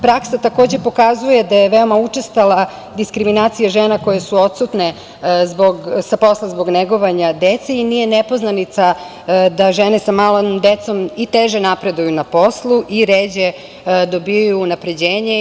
Praksa takođe pokazuje da je veoma učestala diskriminacija žena koje su odsutne sa posla zbog negovanja dece i nije nepoznanica da žene sa malom dece i teže napreduju na poslu i ređe dobijaju unapređenje.